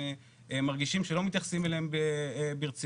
מרגישים שלא מתייחסים אליהם ברצינות,